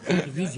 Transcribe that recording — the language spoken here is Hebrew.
טווח,